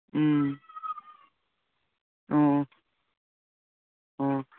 ꯎꯝ ꯑꯣ ꯑꯣ